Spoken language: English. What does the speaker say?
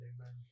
Amen